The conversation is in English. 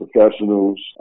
professionals